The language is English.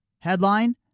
Headline